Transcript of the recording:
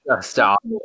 Stop